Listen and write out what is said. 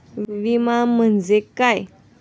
विमा म्हणजे काय?